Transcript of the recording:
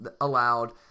allowed